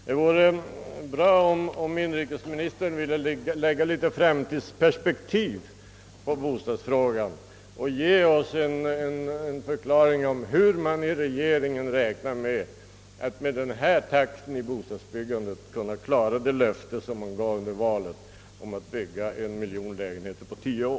Det vore bra om inrikesministern ville lägga litet framtidsperspektiv på bostadsfrågan och ge oss en förklaring till hur man inom regeringen beräknar att med nuvarande takt i bostadsbyggandet kunna klara det löfte som avgavs under valet om en miljon lägenheter på tio år.